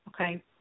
Okay